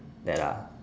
that are